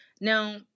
Now